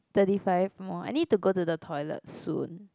thirty five more I need to go to the toilet soon